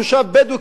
תושב בדואי,